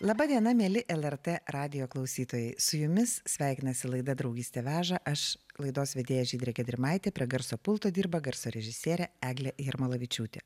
laba diena mieli lrt radijo klausytojai su jumis sveikinasi laida draugystė veža aš laidos vedėja žydrė gedrimaitė prie garso pulto dirba garso režisierė eglė jarmalavičiūtė